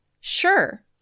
Sure